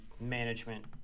management